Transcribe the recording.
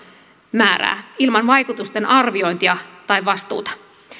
määrää ilman vaikutusten arviointia tai vastuuta